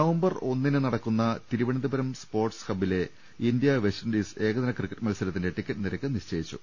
November ഒന്നിന് നടക്കുന്ന Thiruvananthapuram sports ഹബ്ബിലെ ഇന്ത്യ വെസ്റ്റിൻഡീസ് ഏകദിന ക്രിക്കറ്റ് മത്സര ത്തിന്റെ ടിക്കറ്റ് നിരക്ക് നിശ്ചയിച്ചു